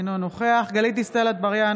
אינו נוכח גלית דיסטל אטבריאן,